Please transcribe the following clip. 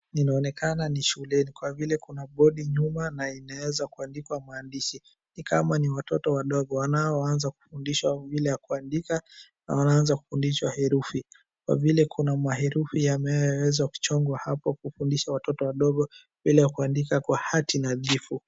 Inaonekana ni shule kwa vile kuna bodi mzima na imeweza kuandikwa maandishi kama ya watoto wadogo wanaoanza kufundishwa vile ya kuandika. Wameweza kufundishwa herufi kwa vile kuna herufi yanayowezwa kuchorwa hapo kuonyesha watoto wadogo vile ya kuandika kwa hati nadhifu